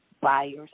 buyers